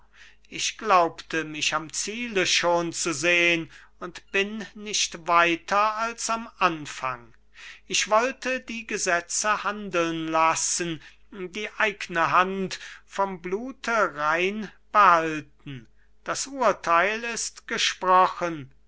ich glaubte mich am ziele schon zu sehn und bin nicht weiter als am anfang ich wollte die gesetze handeln lassen die eigne hand vom blute rein behalten das urteil ist gesprochen